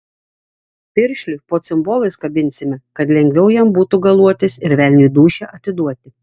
piršliui po cimbolais kabinsime kad lengviau jam būtų galuotis ir velniui dūšią atiduoti